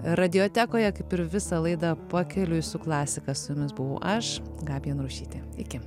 radijotekoje kaip ir visą laidą pakeliui su klasika su jumis buvau aš gabija narušytė iki